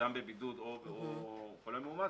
אדם בבידוד או חולה מאומת,